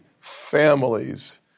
families